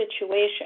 situation